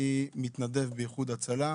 אתן גילוי נאות מההתחלה: אני מתנדב באיחוד הצלה.